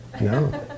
No